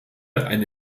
eine